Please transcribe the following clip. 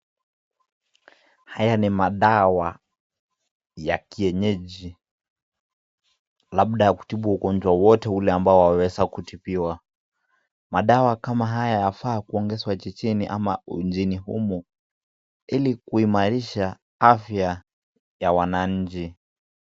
Haya ni madawa ya kienyeji labda ya kutibu ugonjwa wowote ule ambao waweza kutibiwa. Madawa kama haya yafaa kuongezwa jijini ama mjini humu ili kuimarisha afya ya wananchi.